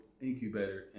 incubator